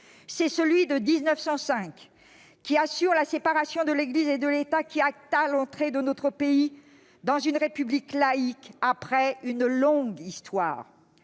est celui de 1905, qui assura la séparation de l'Église et de l'État et qui acta l'entrée de notre pays dans une République laïque, après une longue histoire.